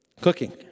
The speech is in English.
Cooking